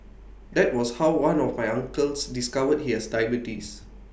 that was how one of my uncles discovered he has diabetes